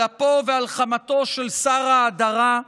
על אפו ועל חמתו של שר ההדרה,